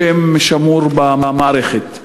השם שמור במערכת,